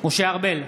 משה ארבל,